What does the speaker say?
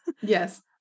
Yes